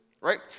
Right